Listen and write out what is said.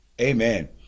amen